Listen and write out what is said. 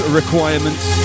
requirements